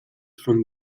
von